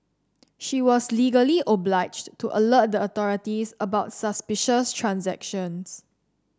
she was legally obliged to alert the authorities about suspicious transactions